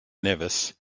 nevis